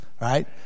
Right